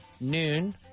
noon